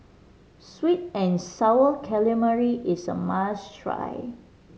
sweet and Sour Calamari is a must try